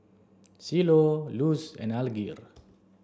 Cielo Luz and Alger